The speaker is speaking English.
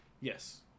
yes